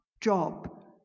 job